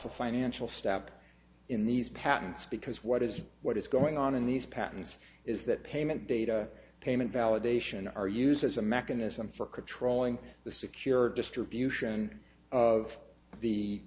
a financial stock in these patents because what is what is going on in these patents is that payment data payment validation are used as a mechanism for controlling the secure distribution of the